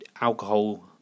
alcohol